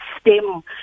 stem